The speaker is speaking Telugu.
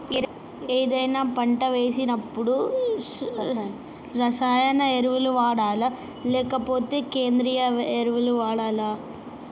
ఏదైనా పంట వేసినప్పుడు రసాయనిక ఎరువులు వాడాలా? లేక సేంద్రీయ ఎరవులా?